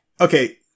okay